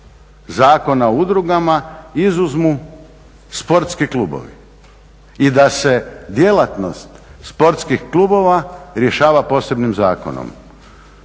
Zakona o udrugama izuzmu sportski klubovi i da se djelatnost sportskih klubova rješava posebnim zakonom.